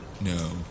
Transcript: No